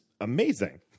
amazing